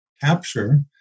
capture